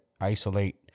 isolate